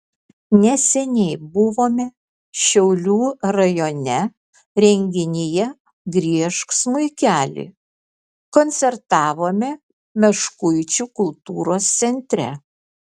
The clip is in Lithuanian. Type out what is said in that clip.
neseniai buvome šiaulių rajone renginyje griežk smuikeli koncertavome meškuičių kultūros centre